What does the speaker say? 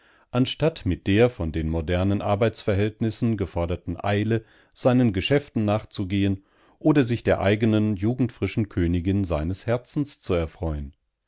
anstatt mit der von den modernen arbeitsverhältnissen geforderten eile seinen geschäften nachzugehen oder sich der eigenen jugendfrischen königin seines herzens zu erfreuen